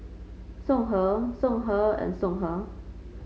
Songhe Songhe and Songhe